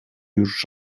już